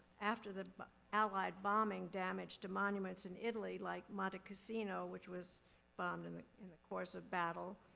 after the allied bombing damaged monuments in italy, like monte cassino, which was bombed and in the course of battle,